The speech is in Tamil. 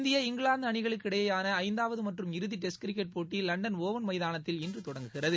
இந்திய இங்கிலாந்துஅணிகளுக்கு இடையேயானஐந்தாவதுமற்றும் இறுதிடெஸ்ட் கிரிக்கெட் போட்டிலண்டன் ஒவல் மைதானத்தில் இன்றுதொடங்குகிறது